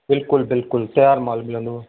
बिल्कुलु बिल्कुलु तयारु माल मिलंदव